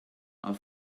are